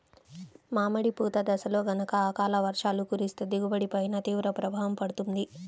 మామిడి పూత దశలో గనక అకాల వర్షాలు కురిస్తే దిగుబడి పైన తీవ్ర ప్రభావం పడుతుంది